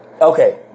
Okay